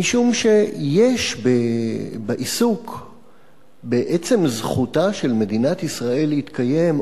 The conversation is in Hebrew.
משום שיש בעיסוק בעצם זכותה של מדינת ישראל להתקיים,